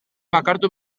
bakartu